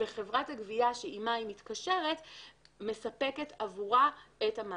וחברת הגבייה שעימה היא מתקשרת מספקת עבורה את המערכת.